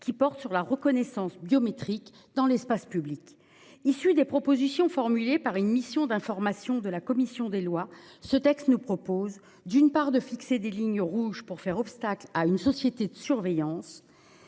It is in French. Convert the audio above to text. portant sur la reconnaissance biométrique dans l'espace public. Issu des propositions formulées par une mission d'information de la commission des lois, ce texte vise, d'une part, à fixer des lignes rouges pour faire obstacle à une société de surveillance,